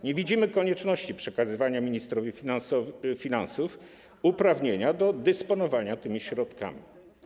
Nie widzimy konieczności przekazywania ministrowi finansów uprawnienia do dysponowania tymi środkami.